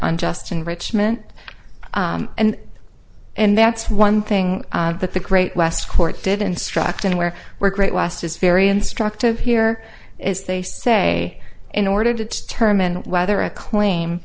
unjust enrichment and and that's one thing that the great west court did instruct in where we're great last is very instructive here is they say in order to determine whether a claim